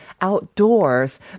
outdoors